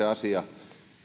asia